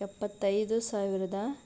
ಎಪ್ಪತ್ತೈದು ಸಾವಿರದಾ